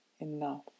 enough